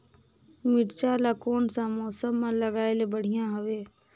मिरचा ला कोन सा मौसम मां लगाय ले बढ़िया हवे